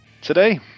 today